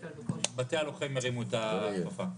בתי הלוחם הרימו את הכפפה.